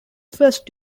first